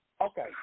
Okay